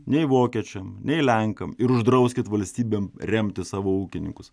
nei vokiečiam nei lenkam ir uždrauskit valstybėm remti savo ūkininkus